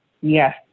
yes